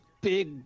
big